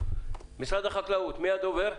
משרד החקלאות, מי הדובר?